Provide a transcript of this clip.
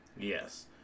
Yes